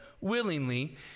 willingly